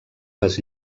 les